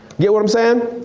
get what i'm sayin'?